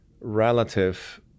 relative